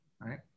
Right